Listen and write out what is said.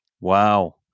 Wow